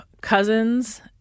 cousins